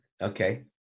okay